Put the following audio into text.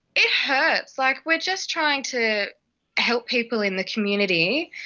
it hurts. like we're just trying to help people in the community.